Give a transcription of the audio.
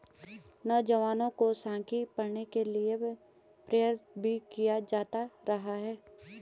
नौजवानों को सांख्यिकी पढ़ने के लिये प्रेरित भी किया जाता रहा है